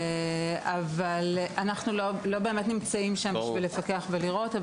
אבל אנחנו לא באמת נמצאים שם בשביל לפקח ולראות.